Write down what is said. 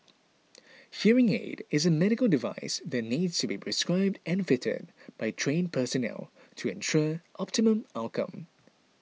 hearing aid is a medical device that needs to be prescribed and fitted by trained personnel to ensure optimum outcome